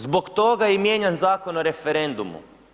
Zbog toga je mijenjan Zakon o referendumu.